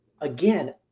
Again